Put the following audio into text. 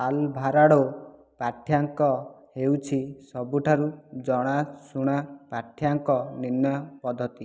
Alvarado ପାଠ୍ୟାଙ୍କ ହେଉଛି ସବୁଠାରୁ ଜଣାଶୁଣା ପାଠ୍ୟାଙ୍କ ନିର୍ଣ୍ଣୟ ପଦ୍ଧତି